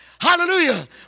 hallelujah